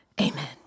Amen